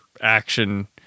action